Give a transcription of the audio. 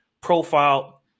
profile